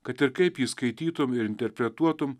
kad ir kaip jį skaitytum ir interpretuotum